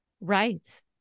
Right